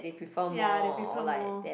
ya they prefer more